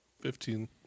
Fifteen